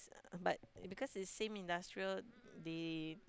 but because it's same industrial they